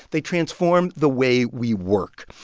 they transform the way we work.